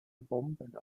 bomberna